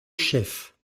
chef